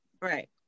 Right